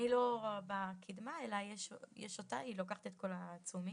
אני לא בקדמה אלא יש אותה, היא לוקחת את כל תשומת